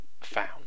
found